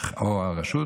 או הרשות,